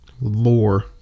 lore